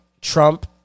Trump